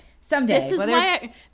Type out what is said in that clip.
Someday